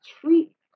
treat